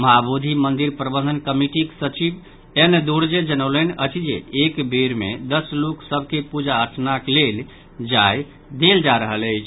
महाबोधि मंदिर प्रबंधन कमिटीक सचिव एन दोरजे जनौलनि अछि जे एक बेर मे दस लोक सभ के पूजा अर्चनाक लेल जाय देल जा रहल अछि